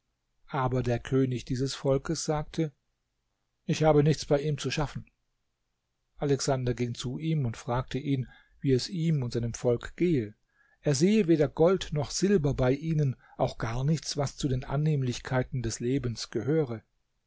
aber der könig dieses volkes sagte ich habe nichts bei ihm zu schaffen alexander ging zu ihm und fragte ihn wie es ihm und seinem volke gehe er sehe weder gold noch silber bei ihnen auch gar nichts was zu den annehmlichkeiten des lebens gehöre